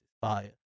fire